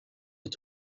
and